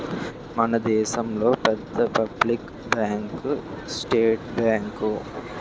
మన దేశంలో పెద్ద పబ్లిక్ బ్యాంకు స్టేట్ బ్యాంకు